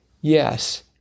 Yes